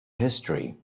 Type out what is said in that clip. history